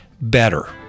better